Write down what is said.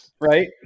Right